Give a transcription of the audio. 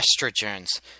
estrogens